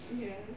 ya